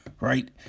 right